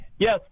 Yes